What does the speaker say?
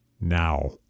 now